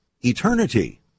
eternity